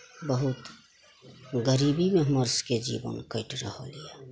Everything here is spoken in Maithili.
बहुत गरीबीमे हमर सबके जीवन कटि रहल यऽ